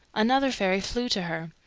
another fairy flew to her.